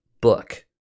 book